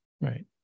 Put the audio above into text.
Right